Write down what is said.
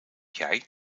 jij